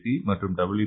C மற்றும் W